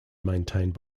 maintained